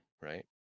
Right